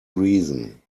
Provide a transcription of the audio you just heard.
reason